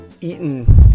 eaten